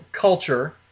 culture